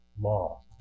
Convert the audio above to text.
law